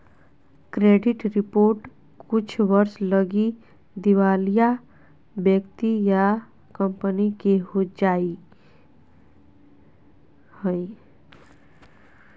credit report कुछ वर्ष लगी दिवालिया व्यक्ति या कंपनी के हो जा हइ